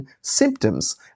symptoms